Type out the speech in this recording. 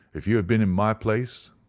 if you had been in my place.